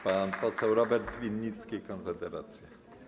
Pan poseł Robert Winnicki, Konfederacja.